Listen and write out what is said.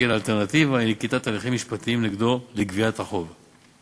שכן האלטרנטיבה היא נקיטת הליכים משפטיים נגדו לגביית החוב.